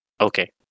Okay